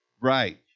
Right